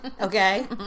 Okay